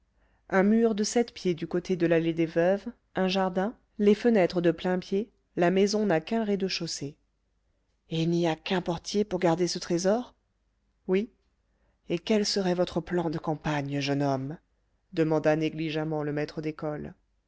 un mur de sept pieds du côté de l'allée des veuves un jardin les fenêtres de plain-pied la maison n'a qu'un rez-de-chaussée et il n'y a qu'un portier pour garder ce trésor oui et quel serait votre plan de campagne jeune homme demanda négligemment le maître d'école